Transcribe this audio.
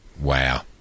wow